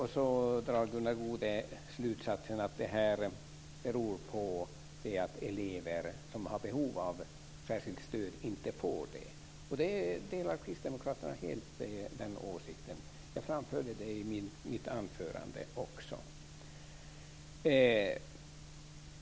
Gunnar Goude drar slutsatsen att orsaken är att elever med behov av särskilt stöd inte får detta stöd. Den åsikten delar vi kristdemokrater helt och hållet, vilket jag också framförde i mitt anförande.